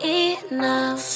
enough